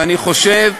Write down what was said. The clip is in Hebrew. ואני חושב,